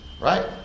Right